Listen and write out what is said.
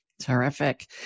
Terrific